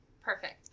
Perfect